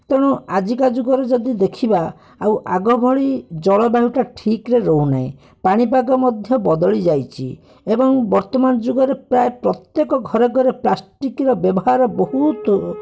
ତେଣୁ ଆଜିକା ଯୁଗରେ ଯଦି ଦେଖିବା ଆଉ ଆଗଭଳି ଜଳବାୟୁଟା ଠିକ୍ରେ ରହୁନାହିଁ ପାଣିପାଗ ମଧ୍ୟ ବଦଳିଯାଇଛି ଏବଂ ବର୍ତ୍ତମାନ ଯୁଗରେ ପ୍ରାୟ ପ୍ରତ୍ୟେକ ଘରେଘରେ ପ୍ଲାଷ୍ଟିକ୍ର ବ୍ୟବହାର ବହୁତ